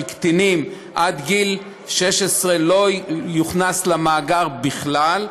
קטינים עד גיל 16 לא יוכנסו למאגר בכלל,